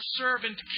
servant